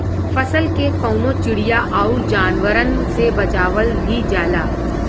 फसल के कउनो चिड़िया आउर जानवरन से बचावल भी जाला